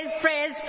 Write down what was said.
praise